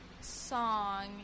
song